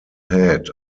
head